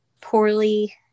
poorly